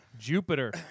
Jupiter